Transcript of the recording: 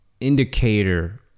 indicator